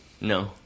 No